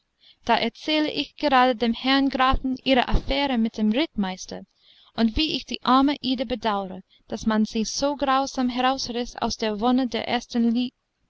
da erzähle ich gerade dem herrn grafen ihre affäre mit dem rittmeister und wie ich die arme ida bedaure daß man sie so grausam herausriß aus der wonne der ersten